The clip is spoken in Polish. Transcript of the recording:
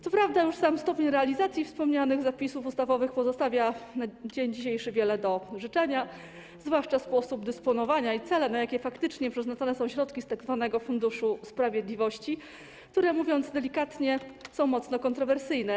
Co prawda już sam sposób realizacji wspomnianych zapisów ustawowych pozostawia na dzień dzisiejszy wiele do życzenia, zwłaszcza chodzi tu o sposób dysponowania i cele, na jakie faktycznie przeznaczane są środki z tzw. funduszu sprawiedliwości, które - mówiąc delikatnie - są mocno kontrowersyjne.